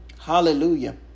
Hallelujah